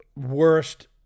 worst